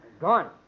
Gone